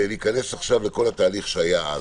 להיכנס עכשיו לכל התהליך שהיה אז.